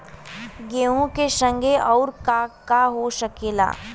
गेहूँ के संगे अउर का का हो सकेला?